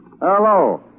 Hello